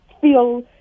feel